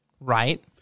Right